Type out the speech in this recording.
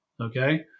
Okay